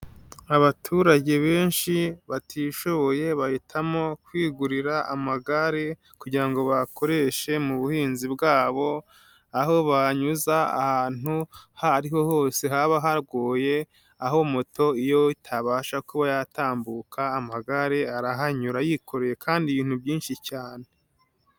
Abaturage benshi batishoboye, bahitamo kwigurira amagare kugira ngo bayakoreshe mu buhinzi bwabo, aho banyuza ahantu aho ariho hose haba hagoye, aho moto iyo itabasha kuba yatambuka amagare arahanyura yikoreye kandi ibintu byinshi cyane.